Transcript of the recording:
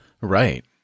Right